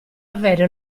avere